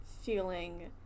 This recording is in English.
feeling